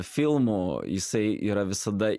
filmų jisai yra visada